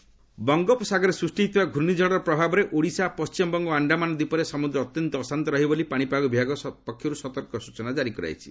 weather ବଙ୍ଗୋପସାଗରେ ସ୍ପଷ୍ଟି ହୋଇଥିବା ପୂର୍ଣ୍ଣିଝଡ଼ର ପ୍ରଭାବରେ ଓଡ଼ିଶା ପଣ୍ଟିମବଙ୍ଗ ଓ ଆଶ୍ଡାମାନ୍ ଦ୍ୱୀପରେ ସମୁଦ୍ର ଅତ୍ୟନ୍ତ ଅଶାନ୍ତ ରହିବ ବୋଲି ପାଣିପାଗ ବିଭାଗ ପକ୍ଷରୁ ସତର୍କ ସ୍ବଚନା କାରି କରାଯାଇଛି